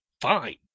fine